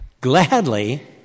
gladly